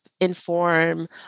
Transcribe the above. inform